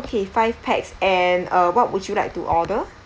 okay five pax and uh what would you like to order